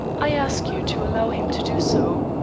i ask you to allow him to do so.